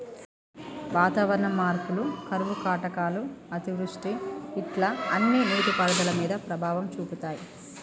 వాతావరణ మార్పులు కరువు కాటకాలు అతివృష్టి ఇట్లా అన్ని నీటి పారుదల మీద ప్రభావం చూపితాయ్